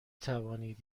توانید